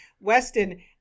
Weston